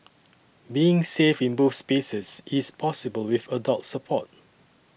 being safe in both spaces is possible with adult support